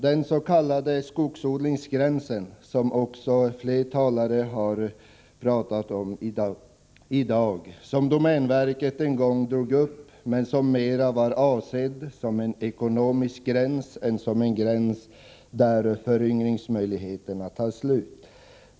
Den s.k. skogsodlingsgränsen, som flera talare berört i dag och som domänverket en gång drog upp var mera avsedd som en ekonomisk gräns än som en gräns där föryngringsmöjligheterna tar slut.